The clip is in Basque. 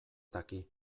daki